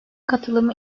katılımı